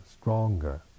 stronger